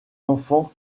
enfants